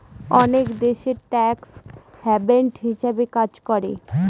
অনেক দেশ tax haven হিসাবে কাজ করে